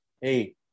Hey